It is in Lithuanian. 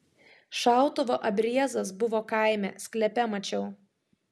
šautuvo abriezas buvo kaime sklepe mačiau